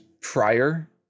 prior